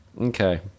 Okay